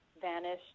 vanished